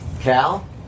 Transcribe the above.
Cal